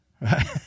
right